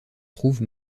trouve